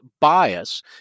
bias